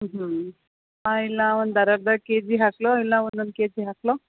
ಹ್ಞೂ ಹಾಂ ಇಲ್ಲ ಒಂದು ಅರ್ಧರ್ಧ ಕೆಜಿ ಹಾಕಲೋ ಇಲ್ಲ ಒಂದೊಂದು ಕೆಜಿ ಹಾಕಲೋ